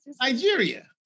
Nigeria